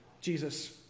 Jesus